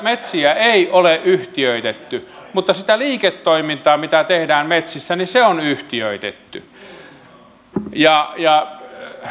metsiä ei ole yhtiöitetty mutta sitä liiketoimintaa mitä tehdään metsissä on yhtiöitetty